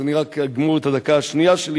אז אני רק אגמור את הדקה השנייה שלי